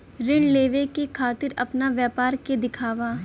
ऋण लेवे के खातिर अपना व्यापार के दिखावा?